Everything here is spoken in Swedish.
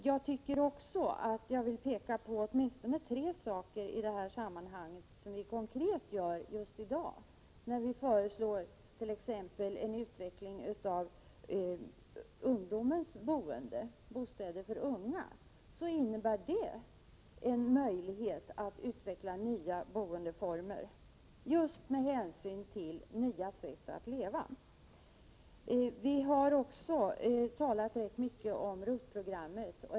Jag vill peka på åtminstone tre saker i detta sammanhang som konkret gäller just i dag när vi lägger fram förslag till exempelvis utvecklingen av ungdomens boende, av bostäder för unga. Det innebär en möjlighet att utveckla nya boendeformer, just med hänsyn till nya sätt att leva. Vidare har vi talat rätt mycket om ROT-programmet.